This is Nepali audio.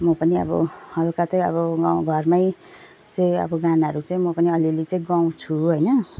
म पनि अब हल्का चाहिँ अब गाउँ घरमै चाहिँ अब गानाहरू चाहिँ म पनि अलि अलि चाहिँ गाउँछु होइन